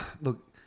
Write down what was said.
look